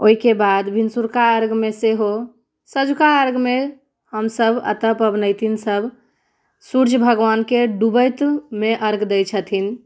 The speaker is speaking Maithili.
ओहिके बाद भिनसुरका अर्घमे सेहो सँझुका अर्घमे हम सभ एतऽ पबनैतिन सभ सूर्य भगवानके डूबैतमे अर्घ दै छथिन